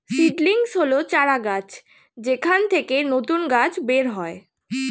seedlings হল চারাগাছ যেখান থেকে নতুন গাছ বের হয়